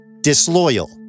Disloyal